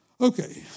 Okay